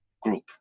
group